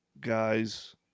guys